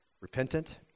repentant